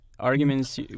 arguments